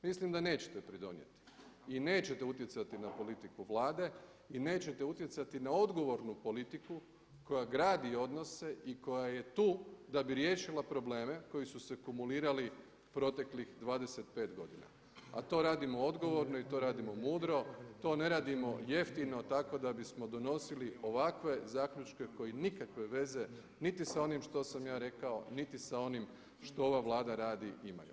Mislim da nećete pridonijeti i nećete utjecati na politiku Vlade i nećete utjecati na odgovornu politiku koja gradi odnose i koja je tu da bi riješila probleme koji su se kumulirali proteklih 25 godina a to radimo odgovorno i to radimo mudro, to ne radimo jeftino tako da bismo donosili ovakve zaključke koji nikakve veze, niti sa onim što sam ja rekao, niti sa onim što ova Vlada radi imaju.